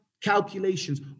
calculations